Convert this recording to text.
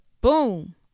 Boom